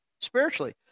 spiritually